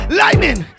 lightning